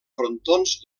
frontons